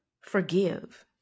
forgive